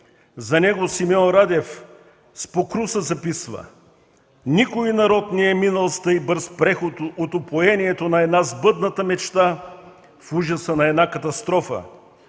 За него Симеон Радев с покруса записва: „Никой народ не бе минавал с тъй бърз преход от упоението на една сбъдната мечта в ужаса на една катастрофа.